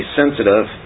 sensitive